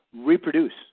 reproduce